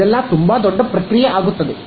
ಇದೆಲ್ಲಾ ತುಂಬಾ ದೊಡ್ಡ ಪ್ರಕ್ರಿಯೆ ಆಗುತ್ತದೆ